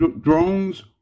drones